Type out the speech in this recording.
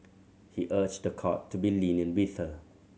he urged the court to be lenient with her